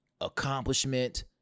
accomplishment